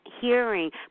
hearing